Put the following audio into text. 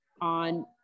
on